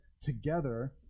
together